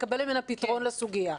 לקבל ממנה פתרון לסוגיה.